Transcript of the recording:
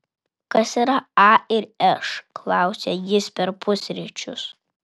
kas yra a ir š klausia jis per pusryčius